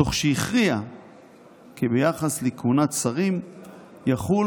תוך שהכריעה כי ביחס לכהונת שרים יחול